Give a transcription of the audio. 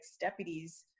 deputies